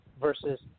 versus